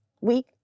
week